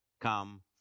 come